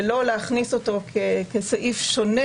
ולא להכניס אותו כסעיף שונה